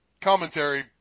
commentary